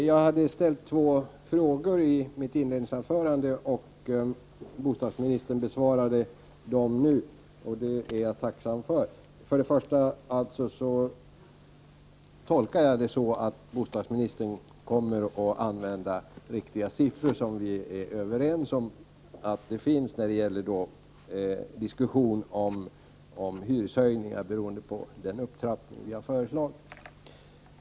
Herr talman! Jag ställde två frågor i mitt inledningsanförande. Bostadsministern besvarade dem i sitt inlägg nyss. För det första tolkar jag bostadsministerns uttalande så, att han kommer att använda sig av riktiga siffror, siffror som vi är överens om, när det gäller diskussionen om hyreshöjningarna och den upptrappning som vi har föreslagit.